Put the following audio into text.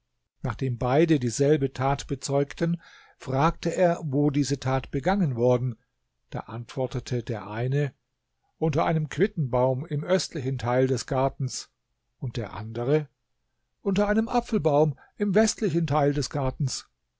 nachdem beide dieselbe tat bezeugten fragte er wo diese tat begangen worden da antwortete der eine unter einem quittenbaum im östlichen teil des gartens und der andere unter einem apfelbaum im westlichen teil des gartens